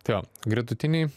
tai jo gretutiniai